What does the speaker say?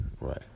right